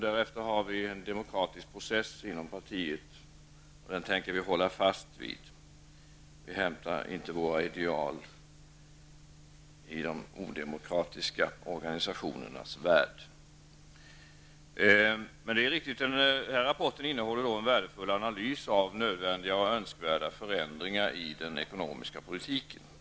Därefter har vi en demokratisk process inom partiet, och den tänker vi hålla fast vid. Vi hämtar inte våra ideal i de odemokratiska organisationernas värld. Det är riktigt att vår rapport innehåller en värdefull analys av nödvändiga och önskvärda förändringar i den ekonomiska politiken.